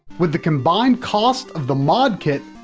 with the combined cost of the mod kit,